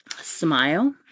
smile